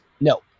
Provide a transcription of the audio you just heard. no